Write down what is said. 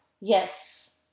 Yes